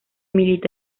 milita